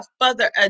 further